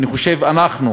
אני חושב שאנחנו